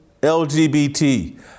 LGBT